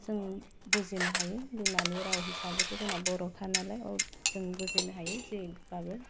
जों बुजिनो हायो बिमानि राव हिसाबैथ' जोंना बर'खा नालाय अह जों बुजिनो हायो जेरैबाबो